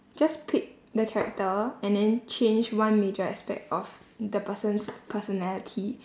just pick the character and then change one major aspect of the person's personality